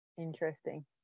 interesting